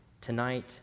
Tonight